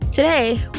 Today